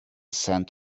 scent